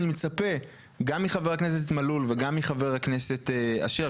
אני מצפה גם מחבר הכנסת מלול וגם מחבר הכנסת אשר,